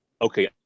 okay